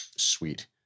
Sweet